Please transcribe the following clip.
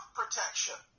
protection